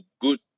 good